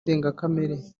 ndengakamere